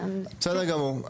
בסדר גמור.